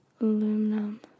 aluminum